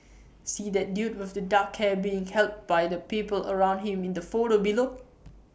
see that dude with the dark hair being helped by the people around him in the photo below